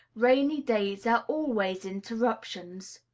rainy days are always interruptions.